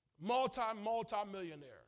multi-multi-millionaire